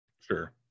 Sure